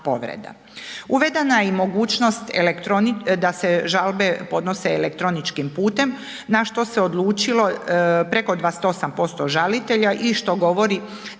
Uvedena je mogućnost da se žalbe podnose elektroničkim putem na što se odlučilo preko 28% žalitelja i što govori